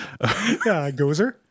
Gozer